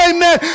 Amen